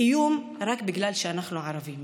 איום רק בגלל שאנחנו ערבים,